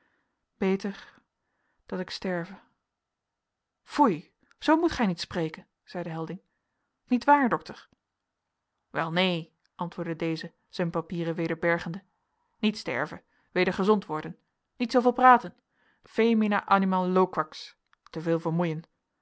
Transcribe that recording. beter dat ik sterve foei zoo moet gij niet spreken zeide helding nietwaar dokter wel neen antwoordde deze zijn papieren weder bergende niet sterven weder gezond worden niet zooveel praten femina animal loquax te veel